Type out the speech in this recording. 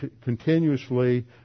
continuously